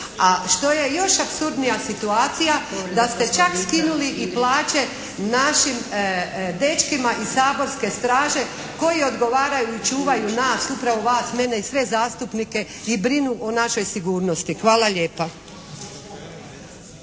što je još apsurdnija situacija da ste čak i skinuli plaće našim dečkima iz saborske straže koji odgovaraju i čuvaju nas, upravo vas, mene i sve zastupnike i brinu o našoj sigurnosti. Hvala lijepa.